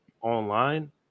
online